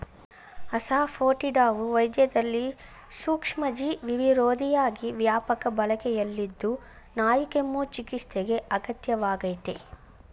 ಅಸಾಫೋಟಿಡಾವು ವೈದ್ಯದಲ್ಲಿ ಸೂಕ್ಷ್ಮಜೀವಿವಿರೋಧಿಯಾಗಿ ವ್ಯಾಪಕ ಬಳಕೆಯಲ್ಲಿದ್ದು ನಾಯಿಕೆಮ್ಮು ಚಿಕಿತ್ಸೆಗೆ ಅಗತ್ಯ ವಾಗಯ್ತೆ